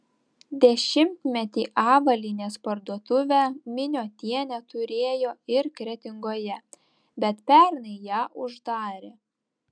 dešimtmetį avalynės parduotuvę miniotienė turėjo ir kretingoje bet pernai ją uždarė